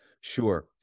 Sure